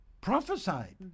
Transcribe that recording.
prophesied